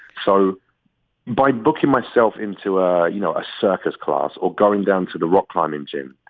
so by booking myself into ah you know a circus class or going down to the rock climbing gym,